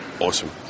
Awesome